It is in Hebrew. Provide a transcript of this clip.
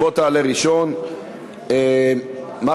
אה, סליחה, סליחה, סליחה, סליחה.